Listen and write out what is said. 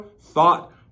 thought